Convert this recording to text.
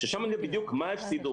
ששם אני יודע בדיוק מה הפסידו,